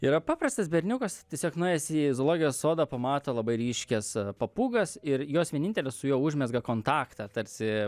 yra paprastas berniukas tiesiog nuėjęs į zoologijos sodą pamato labai ryškias papūgas ir jos vienintelės su juo užmezga kontaktą tarsi